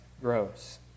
grows